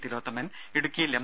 തിലോത്തമൻ ഇടുക്കിയിൽ എം